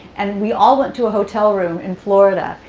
and we all went to a hotel room in florida.